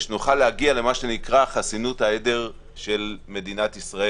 ושנוכל להגיע לחסינות העדר של מדינת ישראל.